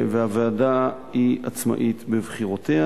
והוועדה עצמאית בבחירותיה.